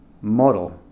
model